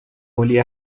only